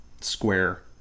square